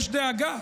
יש דאגה.